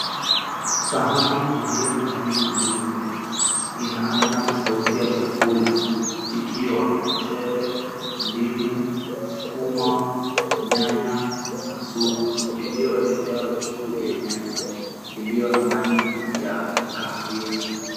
Sahani iliyo na rangi nyeupe ina aina tofauti ya chakula ikiwa mchele, ndimu, sukuma, nyanya na supu iliyowekelewa juu ya meza iliyo na rangi ya kahawia.